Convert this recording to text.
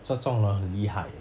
这种的很厉害 eh